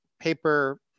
paper